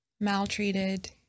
maltreated